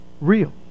real